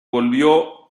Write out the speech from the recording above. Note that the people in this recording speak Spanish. volvió